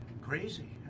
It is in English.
crazy